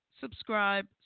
subscribe